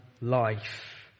life